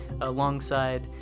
alongside